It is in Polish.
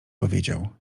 powiedział